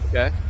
Okay